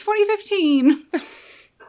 2015